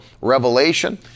revelation